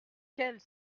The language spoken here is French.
quelle